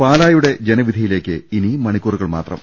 പാലായുടെ ജനവിധിയിലേക്ക് ഇനി മണിക്കൂറുകൾ മാത്രം